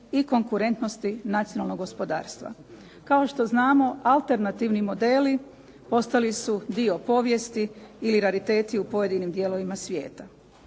i konkurentnosti nacionalnog gospodarstva. Kao što znamo alternativni modeli postali su dio povijesti ili rariteti u pojedinim dijelovima svijeta.